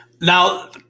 now